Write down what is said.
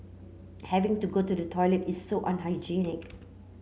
having to go to the toilet is so unhygienic